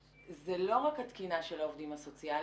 זה לא רק התקינה של העובדים הסוציאליים,